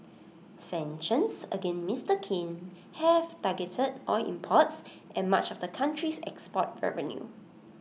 sanctions against Mister Kim have targeted oil imports and much of the country's export revenue